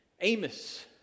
Amos